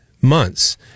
months